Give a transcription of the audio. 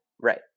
right